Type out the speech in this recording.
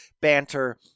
banter